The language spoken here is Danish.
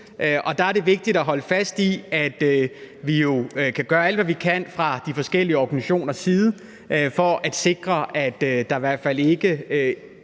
Og der er det vigtigt at holde fast i, at vi jo kan gøre alt, hvad vi kan, fra de forskellige organisationers side for at sikre, at der i hvert fald bliver